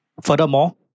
Furthermore